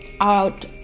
out